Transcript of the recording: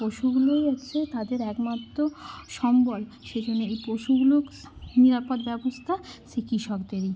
পশুগুলোই হচ্ছে তাদের একমাত্র সম্বল সেই জন্যে এই পশুগুলো নিরাপদ ব্যবস্থা সেই কৃষকদেরই